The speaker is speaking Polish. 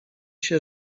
się